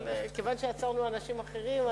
אבל כיוון שעצרנו אנשים אחרים,